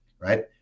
right